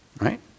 Right